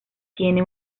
tiene